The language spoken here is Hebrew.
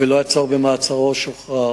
ולא היה עצור במעצר, שוחרר.